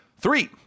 Three